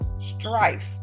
strife